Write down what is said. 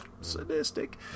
sadistic